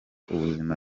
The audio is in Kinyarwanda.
ubuzima